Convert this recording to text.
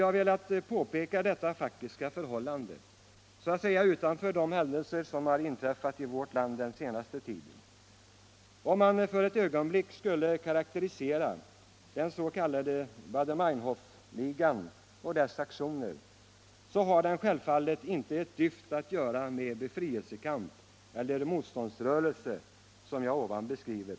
Jag har velat påpeka detta faktiska förhållande så att säga utanför de händelser som inträffat i vårt land under den senaste tiden. Om man för ett ögonblick skulle karakterisera den s.k. Baader Meinhof-ligan och dess aktion, så har den självfallet inte ett dyft att göra med någon befrielsekamp eller motståndsrörelse av det slag som jag här beskrivit.